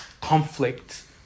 conflict